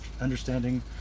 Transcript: understanding